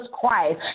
Christ